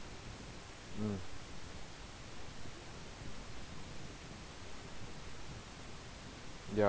mm